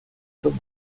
club